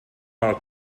mal